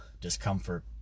discomfort